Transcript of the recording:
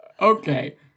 Okay